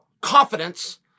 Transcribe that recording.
confidence